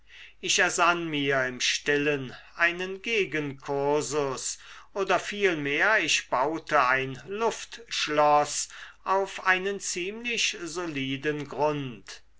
ich ersann mir im stillen einen gegenkursus oder vielmehr ich baute ein luftschloß auf einen ziemlich soliden grund